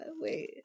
Wait